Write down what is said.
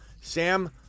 Sam